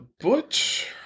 butch